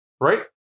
right